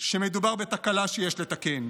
שמדובר בתקלה שיש לתקן,